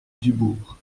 dubourg